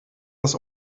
das